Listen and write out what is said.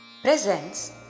presents